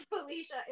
Felicia